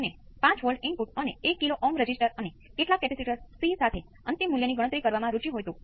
આનું એમ્પ્લિટ્યુડ શું છે